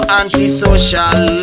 antisocial